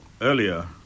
earlier